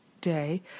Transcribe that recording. day